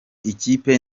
ikipe